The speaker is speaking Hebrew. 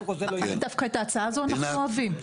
דווקא את ההצעה הזאת אנחנו אוהבים.